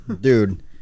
Dude